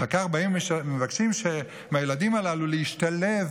אחר כך באים ומבקשים מהילדים הללו להשתלב.